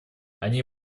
они